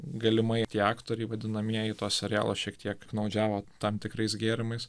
galimai tie aktoriai vadinamieji to serialo šiek tiek piktnaudžiavo tam tikrais gėrimais